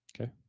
Okay